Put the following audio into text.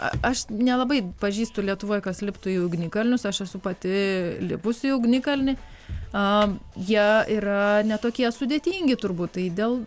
aš nelabai pažįstu lietuvoj kas liptų į ugnikalnius aš esu pati lipusi į ugnikalnį a jie yra ne tokie sudėtingi turbūt tai dėl